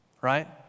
Right